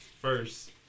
first